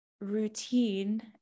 routine